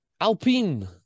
Alpine